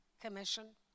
commission